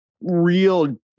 real